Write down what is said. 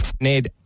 Ned